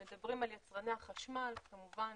אנחנו מדברים על יצרני החשמל כמובן